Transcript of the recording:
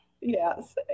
Yes